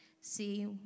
See